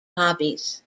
hobbies